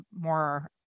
more